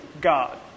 God